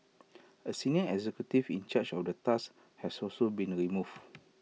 A senior executive in charge of the task has also been removed